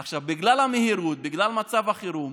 עכשיו, בגלל המהירות, בגלל מצב החירום,